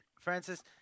Francis